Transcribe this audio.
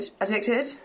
addicted